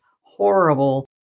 horrible